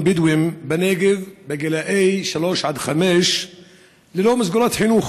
בדואים בנגב בגיל שלוש עד חמש ללא מסגרות חינוך,